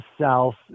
South